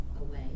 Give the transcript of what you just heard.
away